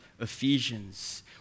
Ephesians